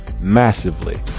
massively